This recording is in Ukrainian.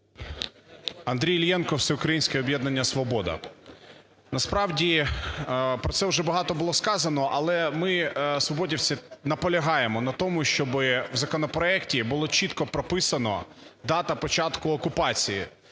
Андрій Іллєнко, Всеукраїнське об'єднання "Свобода". Насправді про це уже багато було сказано, але ми, свободівці, наполягаємо на тому, щоби в законопроекті було чітко прописана дата початку окупації